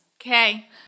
Okay